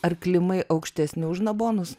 ar klimai aukštesni už na bonus